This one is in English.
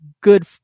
good